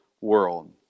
world